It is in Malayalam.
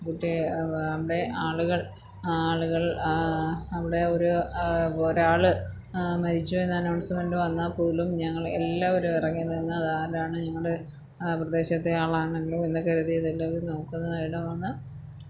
പോട്ടെ അവിടെ ആളുകൾ ആളുകൾ അവിടെ ഒരു ഒരാള് മരിച്ചുവെന്ന് അനൗൺസ്മെൻറ്റ് വന്നാൽ പോലും ഞങ്ങൾ എല്ലാവരും ഇറങ്ങിനിന്ന് കാണ് ആണ് ഞങ്ങള് ആ പ്രദേശത്തെ ആളാണെന്ന് കരുതിയെല്ലാവരും നോക്കുന്ന ഇടമാണ്